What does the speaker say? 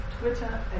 Twitter